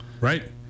Right